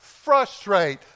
frustrate